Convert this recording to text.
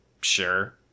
sure